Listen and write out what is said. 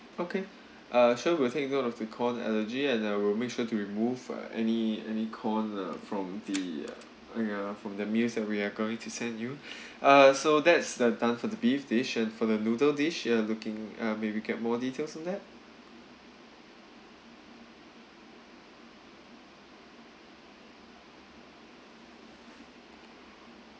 okay uh sure we will take note of the corn allergy and uh we will make sure to remove uh any any corn uh from the na ge from the meals that we're going to send you uh so that's the done the beef dish and for the noodle dish you're looking uh maybe get more details on that